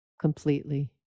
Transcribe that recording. completely